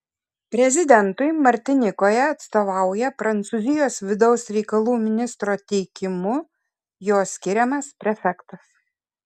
prezidentui martinikoje atstovauja prancūzijos vidaus reikalų ministro teikimu jo skiriamas prefektas